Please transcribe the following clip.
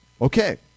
Okay